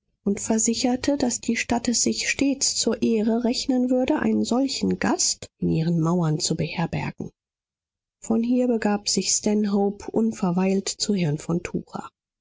und versicherte daß die stadt es sich stets zur ehre rechnen würde einen solchen gast in ihren mauern zu beherbergen von hier begab sich stanhope unverweilt zu herrn von